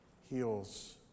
heals